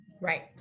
right